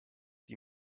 die